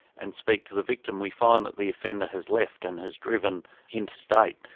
and speak to the victim, we find that the offender has left, and has driven interstate.